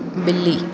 ॿिली